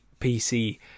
pc